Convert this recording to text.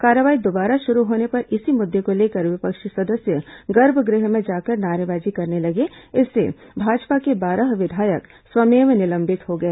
कार्यवाही दोबारा शुरू होने पर इसी मुद्दे को लेकर विपक्षी सदस्य गर्भगृह में जाकर नारेबाजी करने लगे इससे भाजपा के बारह विधायक स्वमेव निलंबित हो गए